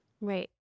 Right